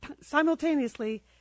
Simultaneously